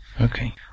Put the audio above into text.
Okay